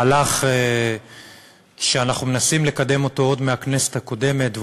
מהלך שאנחנו מנסים לקדם עוד מהכנסת הקודמת,